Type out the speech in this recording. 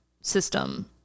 system